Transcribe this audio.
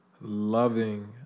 loving